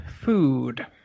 food